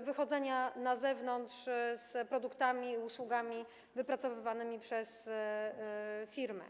wychodzenia na zewnątrz z produktami i usługami wypracowywanymi przez firmę.